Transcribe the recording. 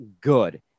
good